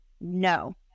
no